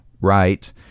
right